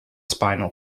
spinal